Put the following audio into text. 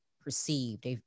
perceived